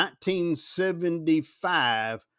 1975